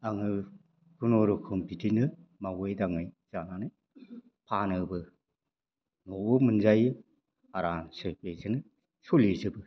आङो खुनुरुखुम बिदिनो मावै दाङै जानानै फानोबो नवावनो मोनजायो आरामसे बेजोंनो सलिजोबो